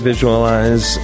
visualize